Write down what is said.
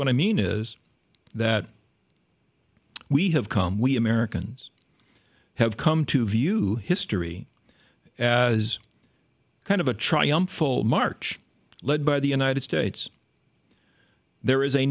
what i mean is that we have come we americans have come to view history as kind of a triumphal march led by the united states there is a